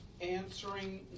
answering